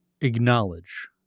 acknowledge